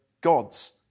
gods